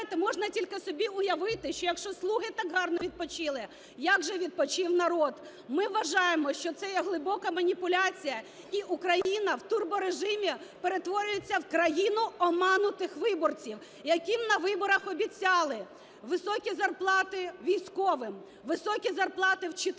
можна тільки собі уявити, що, якщо слуги так гарно відпочили, як же відпочив народ! Ми вважаємо, що це є глибока маніпуляція, і Україна в турборежимі перетворюється в "країну оманутих виборців", яким на виборах обіцяли високі зарплати військовим, високі зарплати вчителям